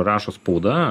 rašo spauda